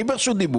אני ברשות דיבור.